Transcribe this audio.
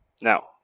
now